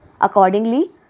Accordingly